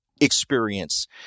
experience